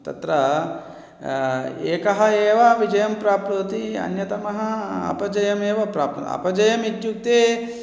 तत्र एकः एव विजयं प्राप्नोति अन्यतमः अपजयमेव प्राप्नोति अपजयमित्युक्ते